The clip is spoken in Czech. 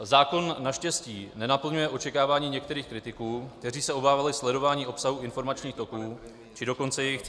Zákon naštěstí nenaplňuje očekávání některých kritiků, kteří se obávali sledování obsahu informačních toků, či dokonce jejich cenzury.